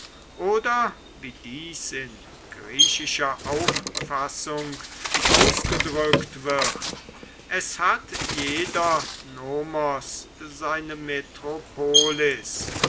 oder wie dies in griechischer auffassung ausgedrückt wird es hat jeder nomos seine metropolis